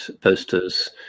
posters